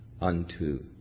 unto